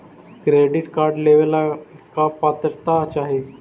Credit card लेवेला का पात्रता चाही?